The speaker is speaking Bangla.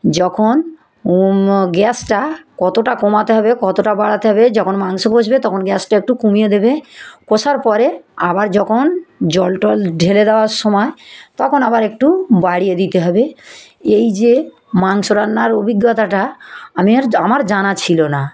যখন গ্যাসটা কতটা কমাতে হবে কতটা বাড়াতে হবে যখন মাংস বসবে তখন গ্যাসটা একটু কমিয়ে দেবে কষার পরে আবার যখন জল টল ঢেলে দেওয়ার সময় তখন আবার একটু বাড়িয়ে দিতে হবে এই যে মাংস রান্নার অভিজ্ঞতাটা আমি আর আমার জানা ছিল না